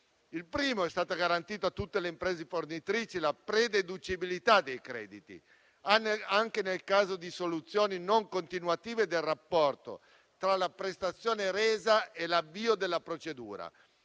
garantita anzitutto a tutte le imprese fornitrici la prededucibilità dei crediti, anche nel caso di soluzioni non continuative del rapporto tra la prestazione resa e l'avvio della procedura.